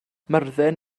myrddin